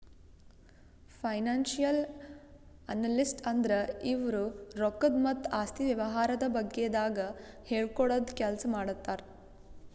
financial analyst ಅಂದ್ರ ಇವ್ರು ರೊಕ್ಕದ್ ಮತ್ತ್ ಆಸ್ತಿ ವ್ಯವಹಾರದ ಬಗ್ಗೆದಾಗ್ ಹೇಳ್ಕೊಡದ್ ಕೆಲ್ಸ್ ಮಾಡ್ತರ್